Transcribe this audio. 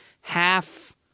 half